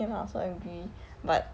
ya lor I also agree but